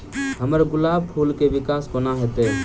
हम्मर गुलाब फूल केँ विकास कोना हेतै?